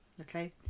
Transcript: okay